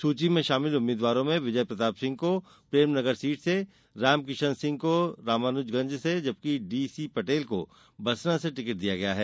सूची में शामिल उम्मीदवारों में विजय प्रताप सिंह को प्रेमनगर सीट से रामकिशन सिंह को रामानुजगंज से जबकि डी सी पटेल को बसना से टिकट दिया गया है